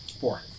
Four